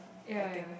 I think